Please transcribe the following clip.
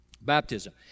Baptism